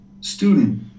Student